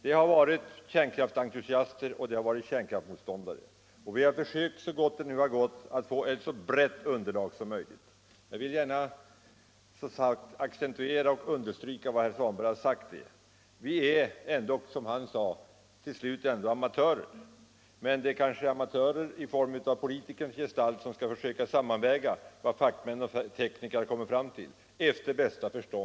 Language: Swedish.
Det har varit kärnkraftsentusiaster och det har varit kärnkraftsmotståndare, och vi har försökt så gott det nu kunnat ske att få ett så brett underlag som möjligt. Jag vill understryka vad herr Svanberg sade om att vi ändock till slut är amatörer, men det är amatörer i politikernas gestalt som efter bästa förstånd skall försöka sammanväga vad fackmän och tekniker har kommit fram till.